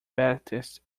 baptist